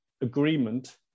agreement